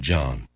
John